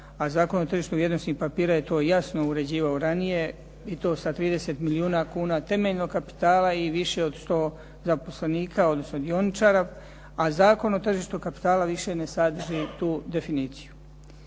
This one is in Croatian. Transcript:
Zakon o tržištu vrijednosnih papira je to jasno uređivao ranije i to sa 30 milijuna kuna temeljnog kapitala i više od 100 zaposlenika, odnosno dioničara, a Zakon o tržištu kapitala više ne sadrži tu definiciju.